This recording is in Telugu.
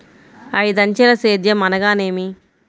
ఐదంచెల సేద్యం అనగా నేమి?